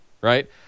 right